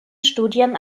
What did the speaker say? studien